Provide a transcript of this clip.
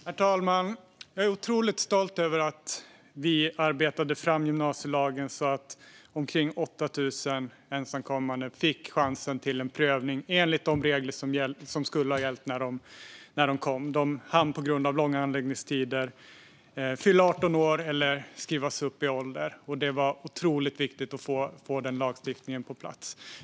Herr talman! Jag är otroligt stolt över att vi arbetade fram gymnasielagen så att omkring 8 000 ensamkommande fick chansen till prövning enligt de regler som skulle ha gällt när de kom. På grund av långa handläggningstider hann de fylla 18 år eller skrivas upp i ålder, och det var därför mycket viktigt att få denna lagstiftning på plats.